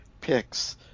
picks